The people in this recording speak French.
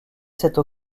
cette